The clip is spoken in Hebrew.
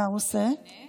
הוא לא מגנה,